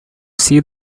see